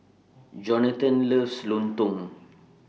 Jonatan loves Lontong